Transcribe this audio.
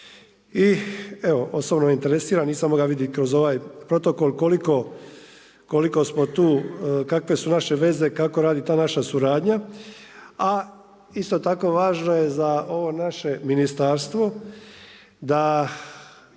i evo osobno interesira, nisam moga vidjet kroz ovaj protokol koliko smo tu, kakve su naše veze, kako radi ta naša suradnja. A isto tako važno je za ovo naše ministarstvo, da